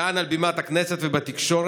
כאן על בימת הכנסת ובתקשורת